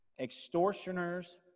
extortioners